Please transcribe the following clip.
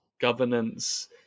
governance